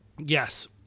yes